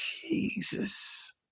Jesus